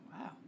Wow